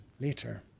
later